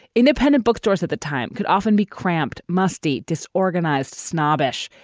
independent bookstores at the time could often be cramped, musty, disorganized, snobbish,